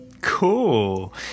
Cool